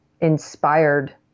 inspired